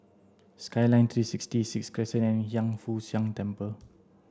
skyline three sixty sixth Crescent and Hiang Foo Siang Temple